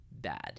bad